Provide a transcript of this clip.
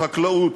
בחקלאות,